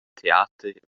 teater